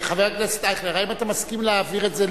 חבר הכנסת אייכלר, האם אתה מסכים להעביר את זה,